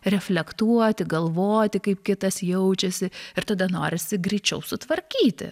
reflektuoti galvoti kaip kitas jaučiasi ir tada norisi greičiau sutvarkyti